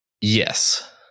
Yes